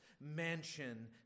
mansion